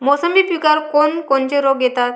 मोसंबी पिकावर कोन कोनचे रोग येतात?